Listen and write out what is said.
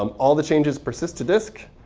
um all the changes persist to disk,